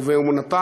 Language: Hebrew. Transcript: מתווה חדש.